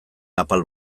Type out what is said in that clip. apal